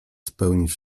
spełnić